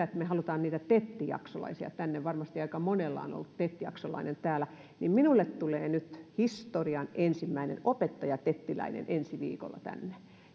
että me haluamme niitä tet jaksolaisia tänne varmasti aika monella on on ollut tet jaksolainen täällä minulle tulee nyt historian ensimmäinen opettaja tettiläinen ensi viikolla tänne